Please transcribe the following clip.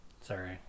sorry